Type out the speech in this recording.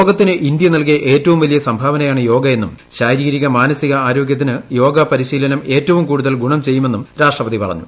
ലോകത്തിന് ഇന്ത്യ നൽകിയ ഏറ്റവും വലിയ സംഭാവനയാണ് യോഗ എന്നും ശാരീരിക മാനസിക ആരോഗ്യത്തിന് യോഗ പരിശീലനം ഏറ്റവും കൂടുതൽ ഗുണം ചെയ്യുമെന്നും രാഷ്ട്രപതി പറഞ്ഞു